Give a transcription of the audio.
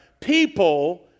people